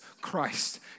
Christ